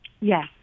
Yes